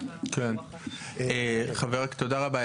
תודה רבה.